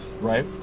right